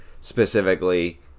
specifically